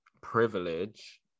privilege